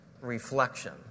reflection